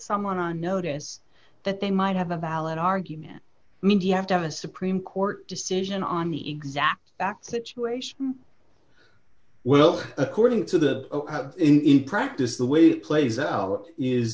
someone on notice that they might have a valid argument media have to have a supreme court decision on the exact act situation well according to the in practice the way it plays out is